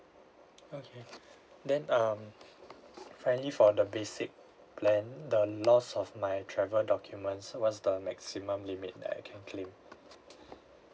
okay then um friendly for the basic plan the lost of my travel documents what's the maximum limit that I can claim